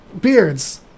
Beards